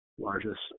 largest